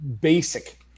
basic